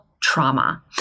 trauma